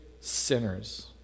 sinners